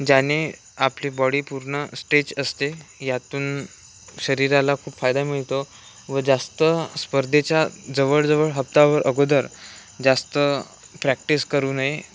ज्याने आपली बॉडी पूर्ण स्ट्रेच असते यातून शरीराला खूप फायदा मिळतो व जास्त स्पर्धेच्या जवळजवळ हप्ताभर अगोदर जास्त प्रॅक्टिस करू नये